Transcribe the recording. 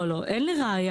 לא, אין לראייה.